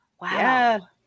Wow